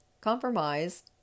Compromise